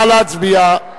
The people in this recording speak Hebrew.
נא להצביע.